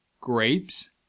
grapes